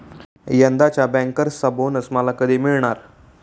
यंदाच्या बँकर्सचा बोनस मला कधी मिळणार?